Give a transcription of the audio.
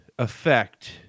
effect